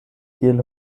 kiel